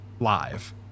live